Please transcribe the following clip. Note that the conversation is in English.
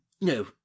no